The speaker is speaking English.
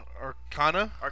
Arcana